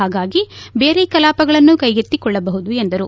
ಹಾಗಾಗಿ ಬೇರೆ ಕಲಾಪಗಳನ್ನು ಕೈಗೆತ್ತಿಕೊಳ್ಳಬಹದು ಎಂದರು